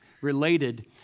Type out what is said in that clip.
related